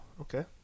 Okay